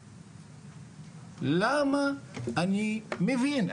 למה, אני מבין.